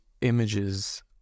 images